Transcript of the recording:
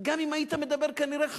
גם אם היית מדבר כנראה חלש,